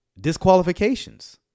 disqualifications